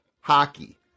hockey